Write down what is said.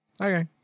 Okay